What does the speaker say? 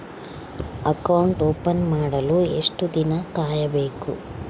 Account open ಮಾಡಲು ಎಷ್ಟು ದಿನ ಕಾಯಬೇಕು?